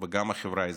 וגם החברה האזרחית.